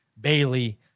Bailey